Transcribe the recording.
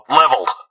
leveled